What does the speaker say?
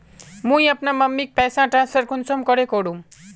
मुई अपना मम्मीक पैसा ट्रांसफर कुंसम करे करूम?